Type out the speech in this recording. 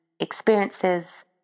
experiences